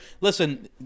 listen